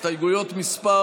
הסתייגויות מס'